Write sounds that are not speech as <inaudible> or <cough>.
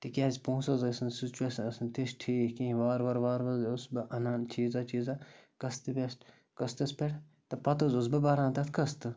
تِکیٛازِ پونٛسہٕ حظ ٲسۍ نہٕ <unintelligible> ٲس نہٕ تِژھ ٹھیٖک کِہیٖنۍ وارٕ وارٕ وارٕ وارٕ اوسُس بہٕ اَنان چیٖزہ چیٖزہ قَسطٕ <unintelligible> قٕسطَس پٮ۪ٹھ تہٕ پَتہٕ حظ اوسُس بہٕ بَران تَتھ قٕسطٕ